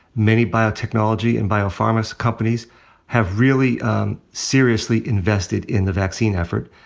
many biotechnology and biopharma so companies have really seriously invested in the vaccine effort.